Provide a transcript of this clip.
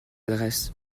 adresse